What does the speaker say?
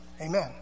Amen